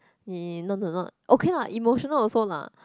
not not not okay lah emotional also lah